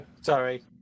Sorry